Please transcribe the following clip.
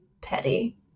petty